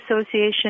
Association